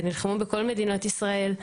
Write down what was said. ונלחמו בכל מדינת ישראל.